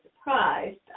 surprised